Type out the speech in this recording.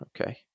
Okay